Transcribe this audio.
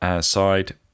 side